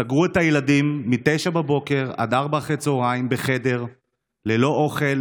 הן סגרו את הילדים מ-09:00 עד 16:00 בחדר ללא אוכל,